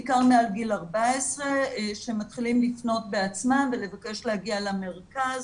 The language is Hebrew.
בעיקר מעל גיל 14 שמתחילים לפנות בעצמם ולבקש ולהגיע למרכז.